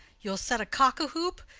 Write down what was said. you will set cock-a-hoop!